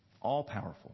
All-powerful